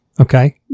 Okay